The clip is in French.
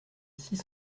six